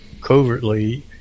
covertly